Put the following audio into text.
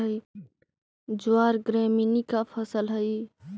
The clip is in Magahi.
ज्वार ग्रैमीनी का फसल हई